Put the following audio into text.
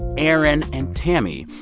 erin and tammy.